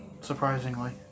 Surprisingly